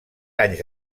anys